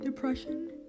depression